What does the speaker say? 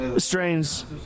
Strains